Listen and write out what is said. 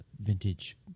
vintage